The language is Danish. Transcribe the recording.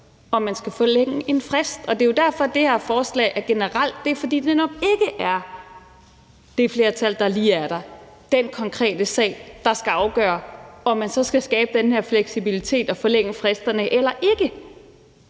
om man skal forlænge en frist, og det er jo derfor, at det her forslag er generelt. Det er jo, fordi det nok ikke er det flertal, der lige er der, altså i forhold til den konkrete sag, der så skal afgøre, om man så skal skabe den her fleksibilitet og forlænge fristerne, eller om